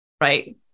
right